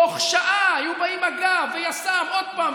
תוך שעה היו באים מג"ב ויס"מ עוד פעם,